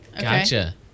Gotcha